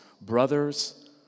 Brothers